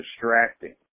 distracting